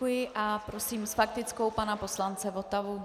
Děkuji a prosím s faktickou pana poslance Votavu.